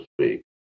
speak